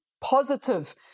positive